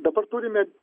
dabar turime